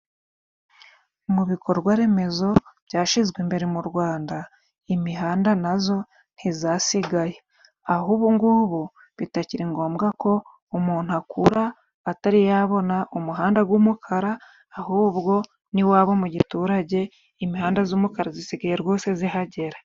Mu bikorwa-remezo byashyizwe imbere mu Rwanda, imihanda na yo ntiyasigaye, aho ubungubu bitakiri ngombwa ko umuntu akura atari yabona umuhanda w'umukara, ahubwo n'iwabo mu giturage, imihanda y'umukara isigaye rwose ihagera.